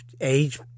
age